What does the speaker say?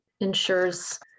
ensures